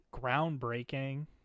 groundbreaking